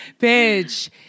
bitch